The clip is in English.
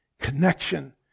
connection